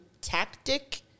tactic